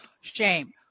Shame